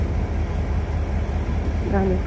اَہَن حظ